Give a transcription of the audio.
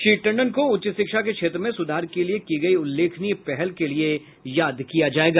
श्री टंडन को उच्च शिक्षा के क्षेत्र में सुधार के लिए की गयी उल्लेखनीय पहल के लिए याद किया जायेगा